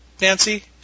Nancy